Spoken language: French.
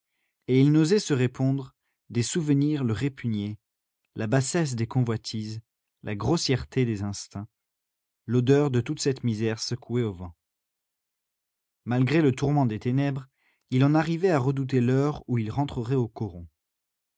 et il n'osait se répondre des souvenirs le répugnaient la bassesse des convoitises la grossièreté des instincts l'odeur de toute cette misère secouée au vent malgré le tourment des ténèbres il en arrivait à redouter l'heure où il rentrerait au coron